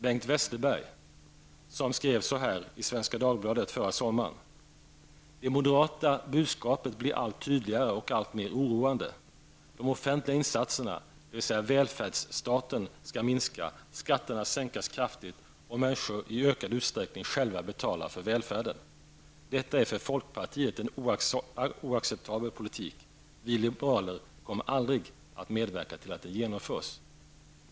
Bengt Westerberg skrev följande i Svenska Dagbladet förra sommaren: ''Det moderata budskapet blir allt tydligare och alltmer oroande. De offentliga insatserna, dvs. välfärdsstaten skall minskas, skatterna sänkas kraftigt och människor i ökad utsträckning själva betala för välfärden - Detta är för folkpartiet en oacceptabel politik. Vi liberaler kommer aldrig att medverka till att den genomförs.''